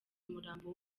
umurambo